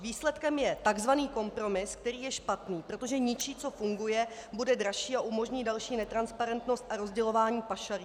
Výsledkem je tzv. kompromis, který je špatný, protože ničí, co funguje, bude dražší a umožní další netransparentnost a rozdělování pašalíků.